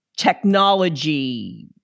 technology